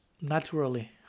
naturally